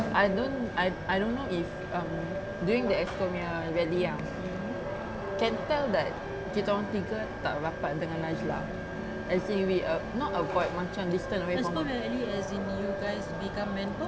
I don't I I don't know if um during the exco punya rally ah can tell that kita orang tiga tak rapat dengan najlah as in we av~ not avoid macam distant away from her